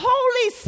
Holy